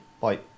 bye